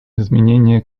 изменения